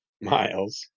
miles